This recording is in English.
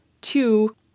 Two